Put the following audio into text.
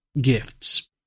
gifts